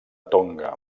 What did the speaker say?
tonga